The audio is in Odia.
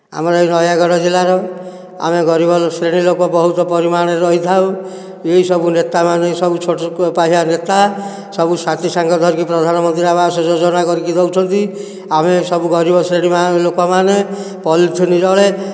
ଆମର ନୟାଗଡ଼ ଜିଲ୍ଲାର ଆମେ ଗରିବ ଶ୍ରେଣୀ ଲୋକ ବହୁତ ପରିମାଣରେ ରହିଥାଉ ଏହି ସବୁ ନେତା ମାନେ ସବୁ ଛୋଟକୁ ପାହିଆ ନେତା ସବୁ ସାଥି ସାଙ୍ଗ ଧରି ପ୍ରଧାନମନ୍ତ୍ରୀ ଆବାସ ଯୋଜନା କରିକି ଦେଉଛନ୍ତି ଆମେ ସବୁ ଗରିବ ଶ୍ରେଣୀ ଲୋକ ମାନେ ପଲିଥିନ୍ ତଳେ